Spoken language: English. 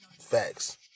facts